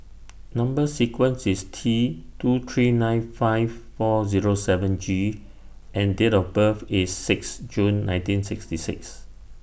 Number sequence IS T two three nine five four Zero seven G and Date of birth IS six June nineteen sixty six